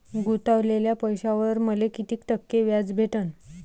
गुतवलेल्या पैशावर मले कितीक टक्के व्याज भेटन?